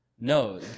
No